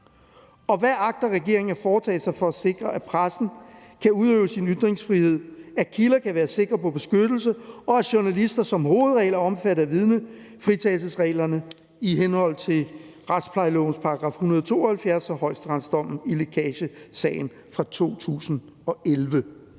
Og hvad agter regeringen at foretage sig for at sikre, at pressen kan udøve sin ytringsfrihed, at kilder kan være sikre på beskyttelse, og at journalister som hovedregel er omfattet af vidnefritagelsesreglerne i henhold til retsplejelovens § 172 og højesteretsdommen i lækagesagen fra 2011?